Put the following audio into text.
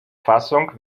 fassung